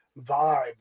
vibe